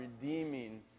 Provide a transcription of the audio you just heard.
redeeming